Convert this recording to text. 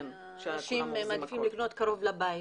שאנשים מעדיפים לקנות קרוב לבית,